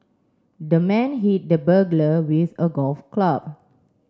the man hit the burglar with a golf club